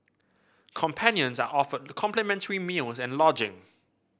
companions are offered complimentary meals and lodging